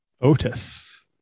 Otis